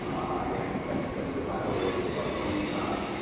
again, that that survival rate is about a coin toss.